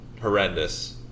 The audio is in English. horrendous